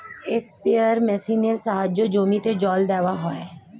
sprayer মেশিনের সাহায্যে জমিতে জল দেওয়া হয়